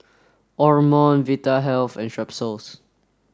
Omron Vitahealth and Strepsils